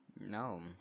No